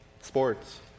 Sports